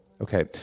Okay